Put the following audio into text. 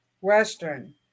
Western